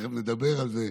תכף נדבר על זה,